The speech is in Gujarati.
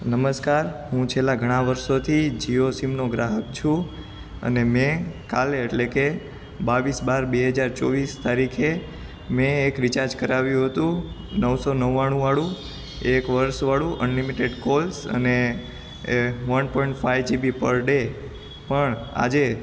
નમસ્કાર હું છેલ્લા ઘણા વર્ષોથી જિયો સિમનો ગ્રાહક છું અને મે કાલે એટલે કે બાવીસ બાર બે હજાર ચોવીસ તારીખે મેં એક રિચાર્જ કરાવ્યું હતું નવસો નવ્વાણું વાળુ એક વરસ વાળુ અનલિમિટેડ કોલ્સ અને અને one point five GB per day પણ આજે